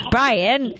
Brian